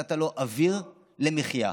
נתת לו אוויר, מחיה.